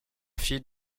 filles